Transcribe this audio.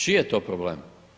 Čiji je to problem?